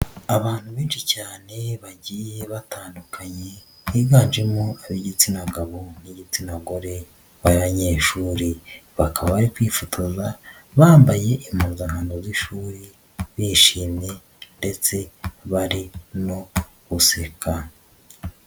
Abantu benshi cyane bagiye batandukanye, biganjemo ab'igitsina gabo n'igitsina gore b'abanyeshuri, bakaba bari kwifotoza bambaye impuzankano z'ishuri bishimye ndetse bari no guseka.